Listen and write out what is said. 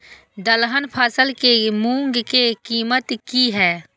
दलहन फसल के मूँग के कीमत की हय?